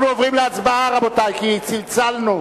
אנחנו עוברים להצבעה, רבותי, כי צלצלנו.